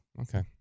Okay